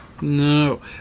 No